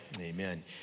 amen